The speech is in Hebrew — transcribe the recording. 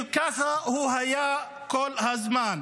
כי ככה הוא היה כל הזמן.